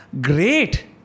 Great